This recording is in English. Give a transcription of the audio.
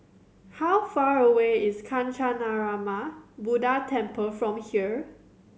how far away is Kancanarama Buddha Temple from here